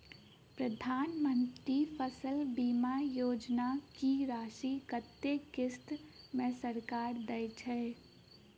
प्रधानमंत्री फसल बीमा योजना की राशि कत्ते किस्त मे सरकार देय छै?